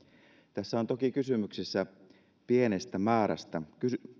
tässä on toki kysymys pienestä määrästä